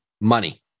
money